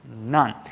none